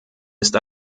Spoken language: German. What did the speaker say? ist